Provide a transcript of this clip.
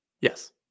yes